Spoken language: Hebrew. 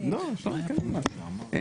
שבסופו של דבר ההוצאות משתוות להכנסות,